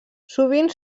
sovint